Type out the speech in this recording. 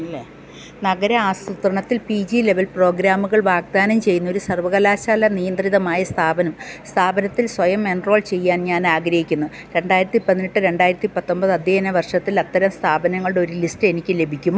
നഗര ആസൂത്രണത്തിൽ PG level ലെവൽ പ്രോഗ്രാമുകൾ വാഗ്ദാനം ചെയ്യുന്നൊരു സർവകലാശാലാ നിയന്ത്രിതമായ സ്ഥാപനം സ്ഥാപനത്തിൽ സ്വയം എൻറോൾ ചെയ്യാൻ ഞാൻ ആഗ്രഹിക്കുന്നു രണ്ടായിരത്തി പതിനെട്ട് രണ്ടായിരത്തി പത്തൊൻപത് അദ്ധ്യയന വർഷത്തിൽ അത്തരം സ്ഥാപനങ്ങളുടെ ഒരു ലിസ്റ്റ് എനിക്ക് ലഭിക്കുമോ